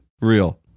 Real